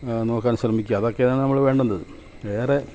നോക്കാൻ ശ്രമിക്കുക അതൊക്കെയാണ് നമ്മൾ വേണ്ടുന്നത് വേറെ